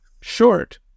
short